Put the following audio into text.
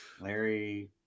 Larry